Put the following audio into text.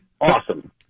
awesome